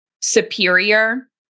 superior